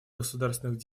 государственных